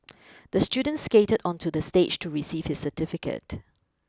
the student skated onto the stage to receive his certificate